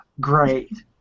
Great